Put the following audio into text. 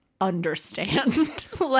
understand